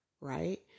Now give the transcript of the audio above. right